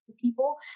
people